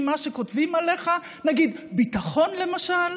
תודה, גברתי היושבת-ראש.